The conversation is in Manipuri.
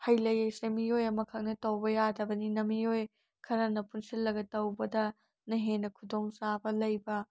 ꯍꯩꯂꯩ ꯑꯁꯦ ꯃꯤꯑꯣꯏ ꯑꯃꯈꯛꯅ ꯇꯧꯕ ꯌꯥꯗꯕꯅꯤꯅ ꯃꯤꯑꯣꯏ ꯈꯔꯅ ꯄꯨꯟꯁꯤꯜꯂꯒ ꯇꯧꯕꯗꯅ ꯍꯦꯟꯅ ꯈꯨꯗꯣꯡ ꯆꯥꯕ ꯂꯩꯕ